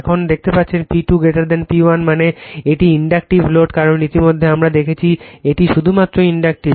এখন দেখতে পাচ্ছেন P2 P1 মানে এটি ইন্ডাকটিভ লোড কারণ ইতিমধ্যে আমরা দেখেছি এটি শুধুমাত্র ইন্ডাকটিভ